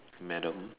madam